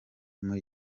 muri